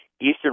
Eastern